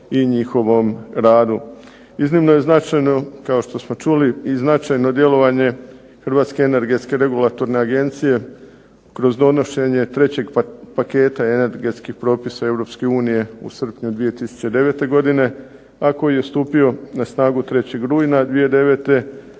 i njihovom radu. Iznimno je značajno, kao što smo čuli, i značajno djelovanje Hrvatske energetske regulatorne agencije kroz donošenje trećeg paketa energetskih propisa EU u srpnju 2009. godine, a koji je stupio na snagu 3. rujna 2009.,